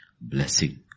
Blessing